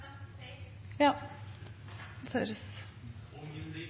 Ja,